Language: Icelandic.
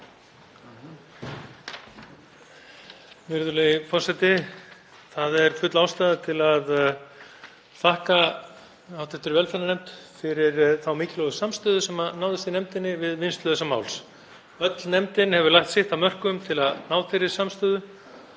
Virðulegi forseti. Full ástæða er til að þakka hv. velferðarnefnd fyrir þá mikilvægu samstöðu sem náðist í nefndinni við vinnslu þessa máls. Öll nefndin hefur lagt sitt af mörkum til að ná þeirri samstöðu,